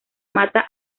mata